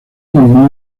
mismo